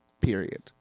Period